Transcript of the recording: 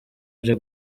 nje